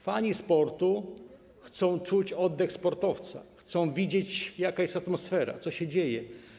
Fani sportu chcą czuć oddech sportowca, chcą wiedzieć, jaka jest atmosfera, co się dzieje.